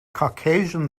caucasian